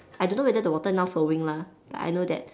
I do not know whether water now flowing lah but I know that